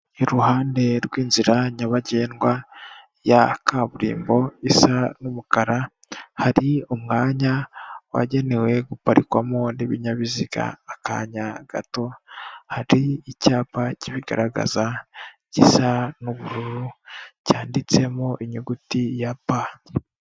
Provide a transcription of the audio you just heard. Iruhande rw'inzira nyabagendwa ya kaburimbo isa n'umukara, hari umwanya wagenewe guparikwamo n'ibinyabiziga akanya gato hari icyapa kibigaragaza gisa n'ubururu cyanditsemo inyuguti ya pa.